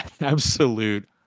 absolute